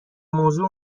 موضوع